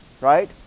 Right